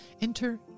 Enter